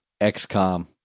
XCOM